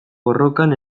borrokan